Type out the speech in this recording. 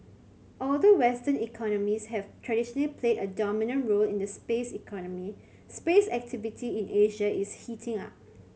although western economies have traditionally played a dominant role in the space economy space activity in Asia is heating up